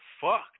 fucked